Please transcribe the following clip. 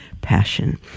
passion